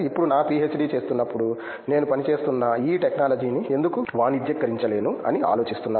ఇప్పుడు నా పీహెచ్డీ చేస్తున్నప్పుడు నేను పనిచేస్తున్న ఈ టెక్నాలజీని ఎందుకు వాణిజ్యీకరించలేను అని ఆలోచిస్తున్నాను